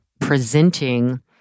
presenting